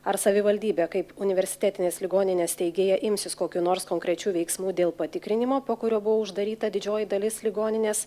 ar savivaldybė kaip universitetinės ligoninės steigėja imsis kokių nors konkrečių veiksmų dėl patikrinimo po kurio buvo uždaryta didžioji dalis ligoninės